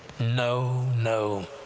no! no!